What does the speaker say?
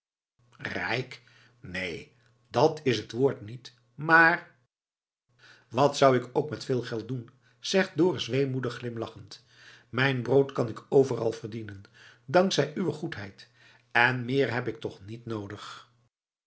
rijk neen dat is het woord niet maar wat zou ik ook met veel geld doen zegt dorus weemoedig glimlachend mijn brood kan ik overal verdienen dank zij uwe goedheid en meer heb ik toch niet noodig